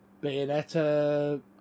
Bayonetta